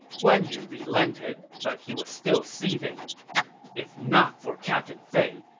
guan yu relented, but he was still seething if not for captain fei,